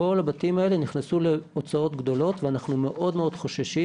כל הבתים האלה נכנסו להוצאות גדולות ואנחנו מאוד חוששים